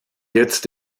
jetzt